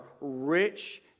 rich